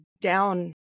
down